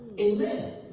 amen